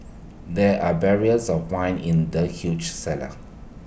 there are barrels of wine in the huge cellar